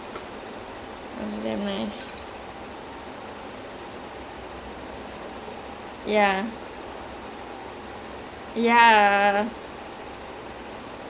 ya oh ya that [one] is captain america will ask him who are you without your suit then he's like billionaire playboy philanthropist and ya at the whole thing